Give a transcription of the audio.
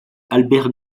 albert